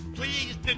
please